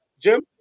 Jim